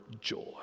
joy